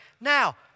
Now